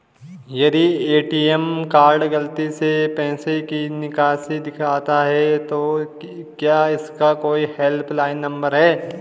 यदि ATM card गलती से पैसे की निकासी दिखाता है तो क्या इसका कोई हेल्प लाइन नम्बर है?